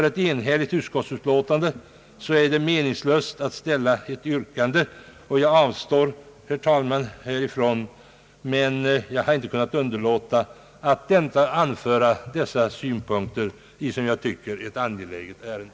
Det är meningslöst att ställa ett yrkande inför ett enhälligt utskottsutlåtande, och jag avstår från att göra detta, men jag har inte kunnat underlåta att framföra dessa synpunkter i ett enligt min mening angeläget ärende.